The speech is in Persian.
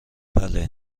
بلا